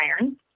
iron